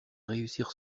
réussir